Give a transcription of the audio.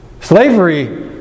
Slavery